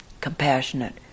compassionate